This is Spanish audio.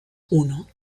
uno